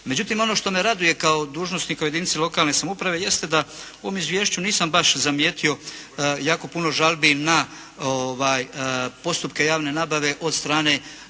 Međutim, ono što me raduje kao dužnosnika u jedinici lokalne samouprave jeste da u ovom izvješću nisam baš zamijetio jako puno žalbi na postupke javne nabave od strane